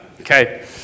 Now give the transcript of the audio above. Okay